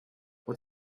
what